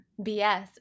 BS